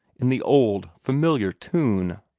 in the old, familiar tune.